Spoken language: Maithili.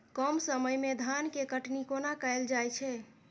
कम समय मे धान केँ कटनी कोना कैल जाय छै?